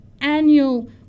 annual